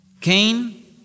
Cain